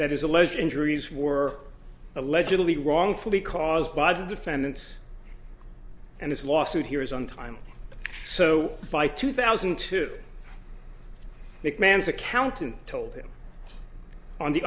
that is alleged injuries were allegedly wrongfully caused by the defendants and his lawsuit here is on time so by two thousand and two big man's accountant told him on the